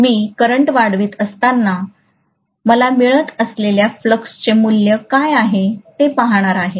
आणि मी करंट वाढवित असताना मला मिळत असलेल्या फ्लक्सचे मूल्य काय आहे ते पाहणार आहे